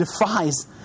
defies